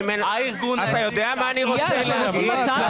אתה יודע מה אני רוצה להגיד?